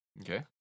Okay